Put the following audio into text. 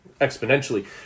exponentially